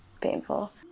painful